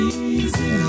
easy